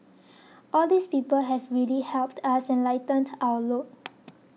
all these people have really helped us and lightened our load